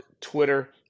Twitter